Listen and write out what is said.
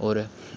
होर